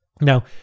Now